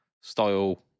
style